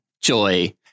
Joy